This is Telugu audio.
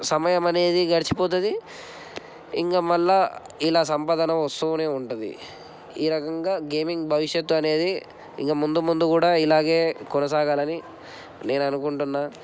సమయం అనేది గడిచిపోతుంది ఇంకా మళ్ళా ఇలా సంపాదన వస్తు ఉంటుంది ఈ రకంగా గేమింగ్ భవిష్యత్తు అనేది ఇంక ముందు ముందు కూడా ఇలాగే కొనసాగాలని నేను అనుకుంటున్నాను